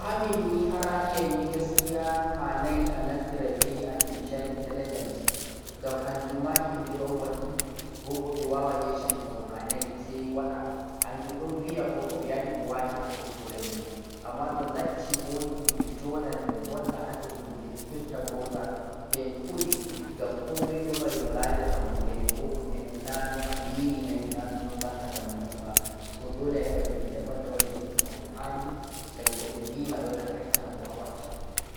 Tohaa ra'ayi amnii gaskiya hanai a naftira be arteficial intellegence ngam hanjun maa hemɓe'on waɗe bo goɗɗo wawan yesh-sha ɗun ko hanai sai waɗa, hanjun ɗon ve'a ko ɓe wati haa horemajun amma to latti wodi himɓe joɗan volwa hado hunde sai be hefta gonga.